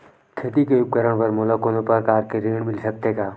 खेती उपकरण बर मोला कोनो प्रकार के ऋण मिल सकथे का?